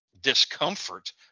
discomfort